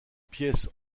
pièces